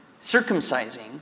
circumcising